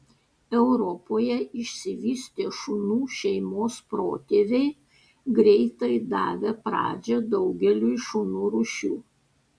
europoje išsivystė šunų šeimos protėviai greitai davę pradžią daugeliui šunų rūšių